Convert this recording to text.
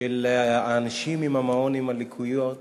של המעון לאנשים עם הלקויות